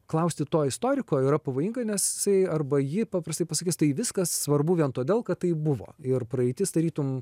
klausti to istoriko yra pavojinga nes jisai arba ji paprastai pasakys tai viskas svarbu vien todėl kad tai buvo ir praeitis tarytum